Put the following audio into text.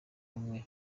bamwe